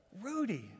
Rudy